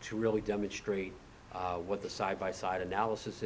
to really demonstrate what the side by side analysis